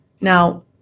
Now